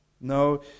No